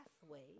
pathway